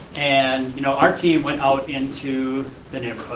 and you know our team went out into the neighborhood,